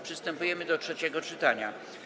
Przystępujemy do trzeciego czytania.